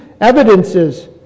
evidences